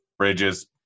Bridges